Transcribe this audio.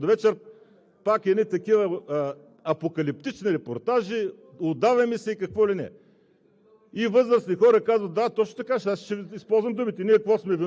и това става за часове. Това трябва да се казва. Никой не го казва. От сутрин до вечер пак едни такива апокалиптични репортажи: удавяме се и какво ли не.